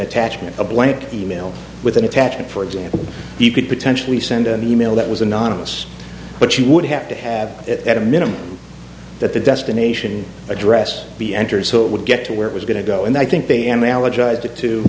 attachment a blank email with an attachment for example you could potentially send an e mail that was anonymous but she would have to have it at a minimum that the destination address be entered so it would get to where it was going to go and i think they